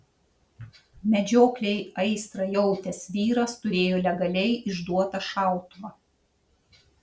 medžioklei aistrą jautęs vyras turėjo legaliai išduotą šautuvą